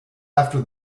after